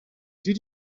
did